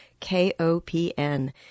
KOPN